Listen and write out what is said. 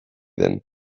den